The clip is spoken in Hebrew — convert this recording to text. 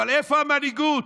אבל איפה המנהיגות?